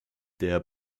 der